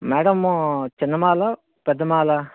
madam చిన్న మాల పెద్ద మాలా